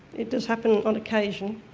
it does happen on occasion.